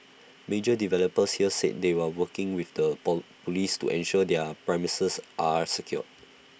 major developers here said they were working with the Police to ensure their premises are secure